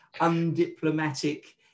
undiplomatic